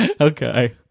Okay